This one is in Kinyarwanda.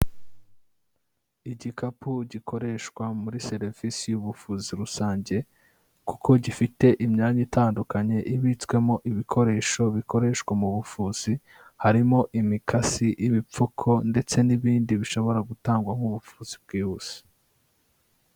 Igikapu gikoreshwa muri serivisi y'ubuvuzi rusange kuko gifite imyanya itandukanye ibitswemo ibikoresho bikoreshwa mu buvuzi, harimo imikasi, ibipfuko ndetse n'ibindi bishobora gutangwa nk'ubuvuzi bwihuse.